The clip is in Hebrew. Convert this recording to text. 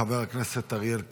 חבר הכנסת אריאל קלנר.